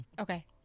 okay